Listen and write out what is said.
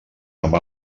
amb